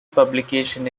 publication